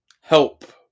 help